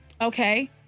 Okay